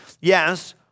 Yes